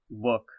look